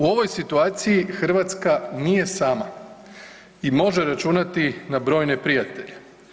U ovoj situaciji Hrvatska nije sama i može računati na brojne prijatelje.